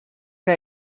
que